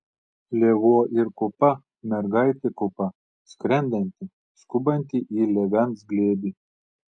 lėvuo ir kupa mergaitė kupa skrendanti skubanti į lėvens glėbį